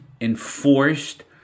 enforced